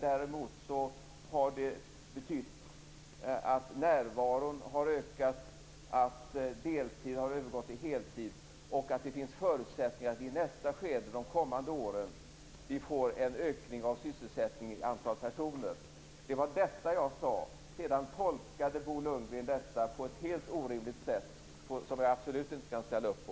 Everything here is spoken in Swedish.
Däremot har det betytt att närvaron har ökat, att deltid har övergått i heltid och att det finns förutsättningar för att vi i nästa skede, de kommande åren, får en ökning av sysselsättningen i antal personer. Det var detta jag sade. Sedan tolkade Bo Lundgren detta på ett helt orimligt sätt, som jag absolut inte kan ställa upp på.